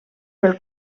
pel